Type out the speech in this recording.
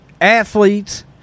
athletes